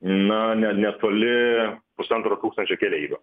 na ne netoli pusantro tūkstančio keleivių